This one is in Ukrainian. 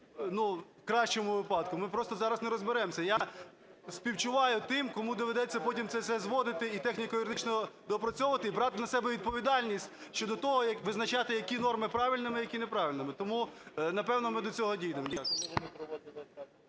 в кращому випадку, ми просто зараз не розберемося. Я співчуваю тим, кому доведеться потім це все зводити і техніко-юридично доопрацьовувати, і брати на себе відповідальність щодо того, як визначати, які норми правильні, які неправильні. Тому, напевно, ми до цього дійдемо.